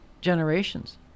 generations